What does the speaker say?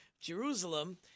Jerusalem